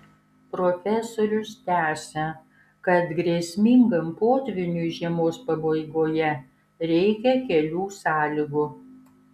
profesorius tęsia kad grėsmingam potvyniui žiemos pabaigoje reikia kelių sąlygų